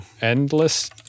endless